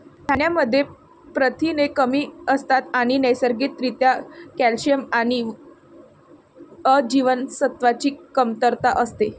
धान्यांमध्ये प्रथिने कमी असतात आणि नैसर्गिक रित्या कॅल्शियम आणि अ जीवनसत्वाची कमतरता असते